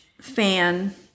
fan